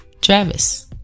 Travis